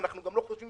ואנחנו גם לא חושבים